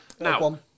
Now